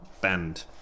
Banned